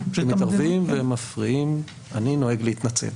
כשמתערבים ומפריעים אני נוהג להתנצל.